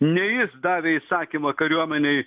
ne jis davė įsakymą kariuomenei